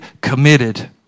committed